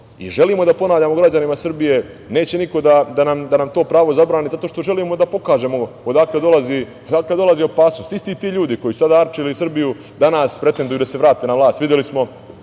i želimo da ponavljamo građanima Srbije, neće niko da nam to pravo zabrani zato što želimo da pokažemo odakle dolazi opasnost. Isti ti ljudi koji su tada arčili Srbiju danas pretenduju da se vrate na vlast.